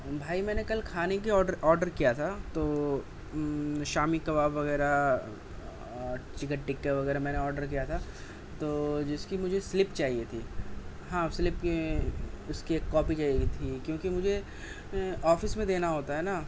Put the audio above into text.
بھائی میں نے کل کھانے کی آرڈر آرڈر کیا تھا تو شامی کباب وغیرہ اور چکن تکے وغیرہ میں نے آرڈر کیا تھا تو جس کی مجھے سلپ چاہئے تھی ہاں سلپ کی اس کی ایک کاپی چاہئے تھی کیوںکہ مجھے آفس میں دینا ہوتا ہے نا